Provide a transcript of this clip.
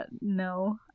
no